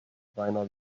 reiner